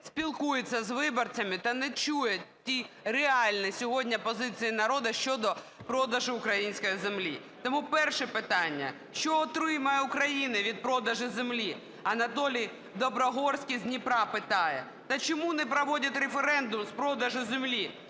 спілкується з виборцями та не чує ті реальні сьогодні позиції народу щодо продажу української землі. Тому перше питання. "Що отримає Україна від продажу землі?", - Анатолій Доброгорський з Дніпра питає. "Та чому не проводять референдум з продажу землі?",